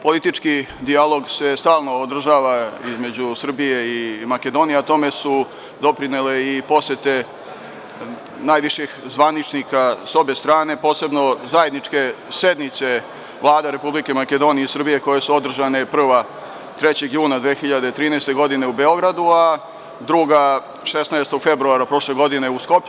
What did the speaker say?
Politički dijalog se stalno održava između Srbije i Makedonije, a tome su doprinele i posete najviših zvaničnika s obe strane, posebno zajedničke sednice Vlade Republike Makedonije i Srbije koje su održane, prva je bila 3. juna 2013. godine u Beogradu, a druga 16. februara prošle godine u Skoplju.